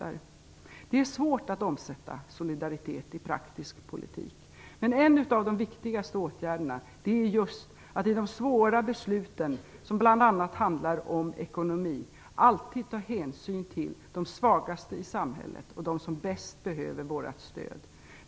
Det är svårt att omsätta solidaritet i praktisk politik, men en av de viktigaste åtgärderna är att i de svåra besluten, som bl.a. handlar om ekonomi, alltid ta hänsyn till de svagaste i samhället och dem som bäst behöver vårt stöd.